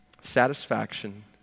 satisfaction